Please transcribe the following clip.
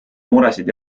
muresid